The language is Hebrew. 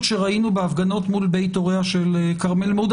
שראינו בהפגנות מול בית הוריה של כרמל מעודה,